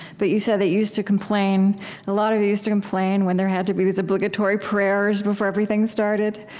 but you said that you used to complain a lot of you used to complain when there had to be these obligatory prayers before everything started